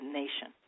nation